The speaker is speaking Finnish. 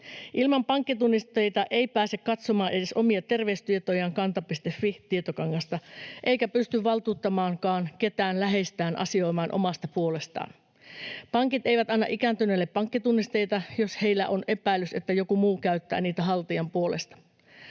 Ilman pankkitunnisteita ei pääse katsomaan edes omia terveystietojaan kanta.fi-tietokannasta eikä pysty valtuuttamaankaan ketään läheistään asioimaan omasta puolestaan. Pankit eivät anna ikääntyneelle pankkitunnisteita, jos heillä on epäilys, että joku muu käyttää niitä haltijan puolesta.